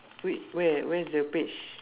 wait where where's the page